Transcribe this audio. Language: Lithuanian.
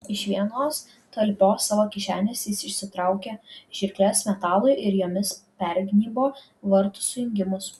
iš vienos talpios savo kišenės jis išsitraukė žirkles metalui ir jomis pergnybo vartų sujungimus